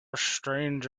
strange